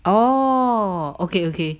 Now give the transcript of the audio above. oh okay okay